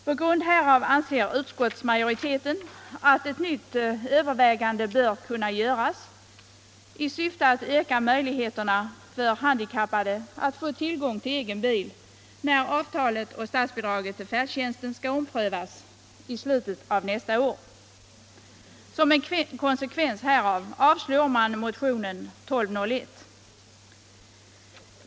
På grund härav anser utskottsmajoriteten att ett nytt övervägande bör kunna göras i syfte att öka möjligheterna för handikappade att få tillgång till egen bil, när avtalet och statsbidraget till färdtjänsten skall omprövas i slutet av nästa år. Som en konsekvens härav avstyrker man motionen 1201.